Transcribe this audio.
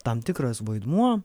tam tikras vaidmuo